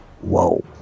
whoa